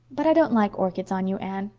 but i don't like orchids on you, anne.